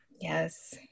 Yes